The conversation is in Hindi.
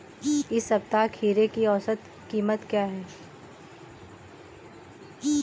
इस सप्ताह खीरे की औसत कीमत क्या है?